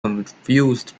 confused